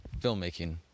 Filmmaking